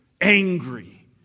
angry